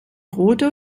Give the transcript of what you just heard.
rote